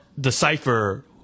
decipher